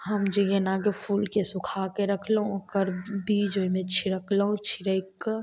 हम जे गेनाके फूलके सुखाके रखलहुँ ओकर बीज ओइमे छिड़कलहुँ छिड़कि कऽ